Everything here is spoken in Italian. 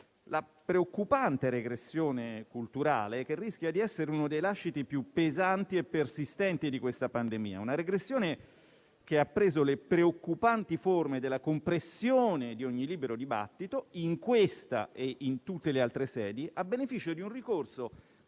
la preoccupante regressione culturale, che rischia di essere uno dei lasciti più pesanti e persistenti di questa pandemia; una regressione che ha preso le preoccupanti forme della compressione di ogni libero dibattito, in questa e in tutte le altre sedi, a beneficio di un ricorso